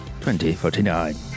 2049